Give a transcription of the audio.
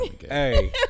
Hey